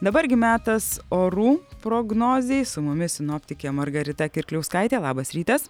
dabar gi metas orų prognozei su mumis sinoptikė margarita kirkliauskaitė labas rytas